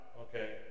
Okay